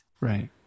Right